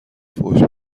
فحش